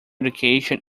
education